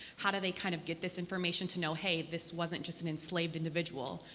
how do they kind of get this information to know, hey, this wasn't just an enslaved individual,